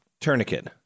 tourniquet